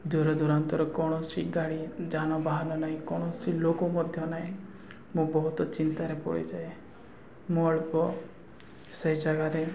ଦୂରଦୂରାନ୍ତର କୌଣସି ଗାଡ଼ି ଯାନବାହାନ ନାହିଁ କୌଣସି ଲୋକ ମଧ୍ୟ ନାହିଁ ମୁଁ ବହୁତ ଚିନ୍ତାରେ ପଡ଼ିଯାଏ ମୋ ଅଳ୍ପ ସେଇ ଜାଗାରେ